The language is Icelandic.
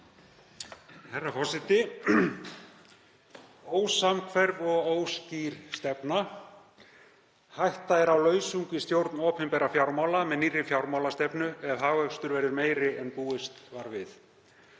Herra forseti. Ósamhverf og óskýr stefna. Hætta er á lausung í stjórn opinberra fjármála með nýrri fjármálastefnu ef hagvöxtur verður meiri en búist var við.